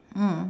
mm